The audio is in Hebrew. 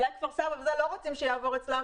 כפר-סבא וערים נוספות לא רוצים שזה יעבור אצלם,